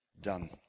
done